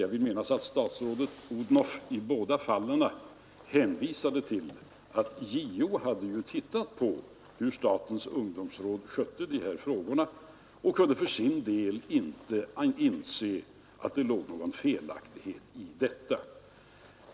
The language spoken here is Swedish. Jag vill minnas att statsrådet Odhnoff i a fallen hänvisade till att JO hade undersökt hur statens ungdomsråd skött dessa frågor och för sin del inte kunde inse att handläggningen på något sätt var felaktig.